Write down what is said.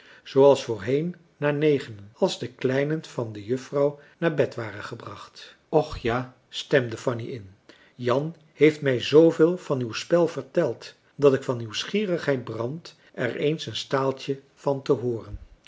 zooals voorheen na negenen als de kleinen van de jufvrouw naar bed waren gebracht och ja stemde fanny in jan heeft mij zooveel van uw spel verteld dat ik van nieuwsgierigheid brand er eens een staaltje van te hooren